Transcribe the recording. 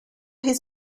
his